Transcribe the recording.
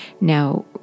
Now